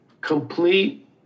complete